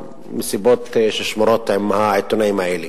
מסיבות ששמורות עם העיתונאים האלה.